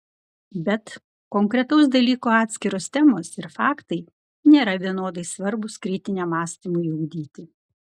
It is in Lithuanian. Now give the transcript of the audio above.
bet konkretaus dalyko atskiros temos ir faktai nėra vienodai svarbūs kritiniam mąstymui ugdyti